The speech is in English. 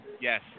Yes